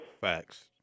Facts